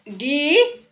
D